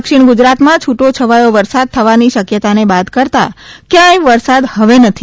દક્ષિણ ગુજરાતમાં છુટાછવાયો વરસાદ થવાની શક્યતાને બાદ કરતા કયાંય વરસાદ હવે નથી